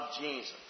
Jesus